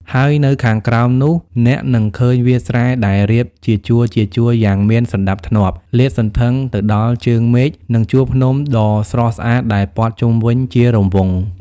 ហើយនៅខាងក្រោមនោះ អ្នកនឹងឃើញវាលស្រែដែលរៀបជាជួរៗយ៉ាងមានសណ្ដាប់ធ្នាប់លាតសន្ធឹងទៅដល់ជើងមេឃ និងជួរភ្នំដ៏ស្រស់ស្អាតដែលព័ទ្ធជុំវិញជារង្វង់។